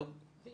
יש